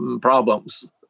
problems